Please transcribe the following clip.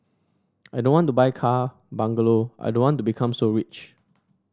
I don't want to buy car bungalow I don't want to become so rich